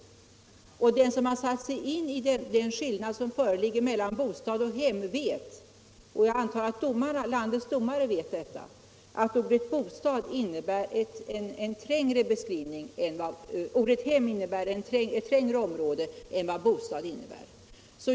Den som har satt sig in i den skillnad som föreligger mellan ”bostad” och ”hem” vet — och jag antar att landets domare vet detta — att ordet hem innebär ett trängre område än vad ordet bostad innebär.